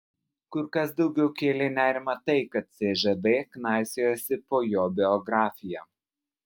kur kas daugiau kėlė nerimą tai kad cžv knaisiojasi po jo biografiją